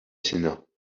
sénat